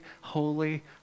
holy